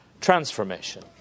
transformation